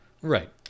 Right